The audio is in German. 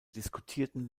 diskutierten